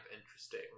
interesting